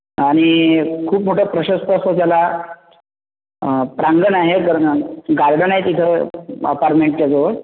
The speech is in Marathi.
आणि खूप मोठा प्रशस्त असं त्याला प्रांगण आहे परत आणि गार्डन आहे तिथं अपार्मेंटच्याजवळ